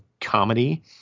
comedy